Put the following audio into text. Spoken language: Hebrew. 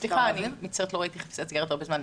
סליחה, פשוט לא ראיתי חפיסות סיגריות הרבה זמן.